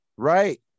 right